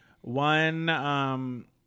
one